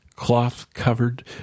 Cloth-covered